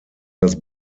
das